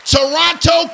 Toronto